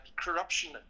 corruption